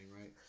right